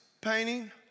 painting